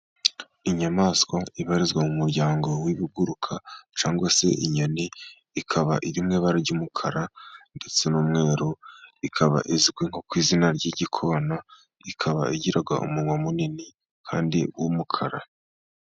Inyamaswa ibarizwa mu muryango w'ibiguruka cyangwa se inyoni, ikaba iri mu ibara ry'umukara ndetse n'umweru , ikaba izwi nko ku izina ry'igikona ,ikaba igira umunwa munini kandi w'umukara.